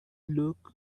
look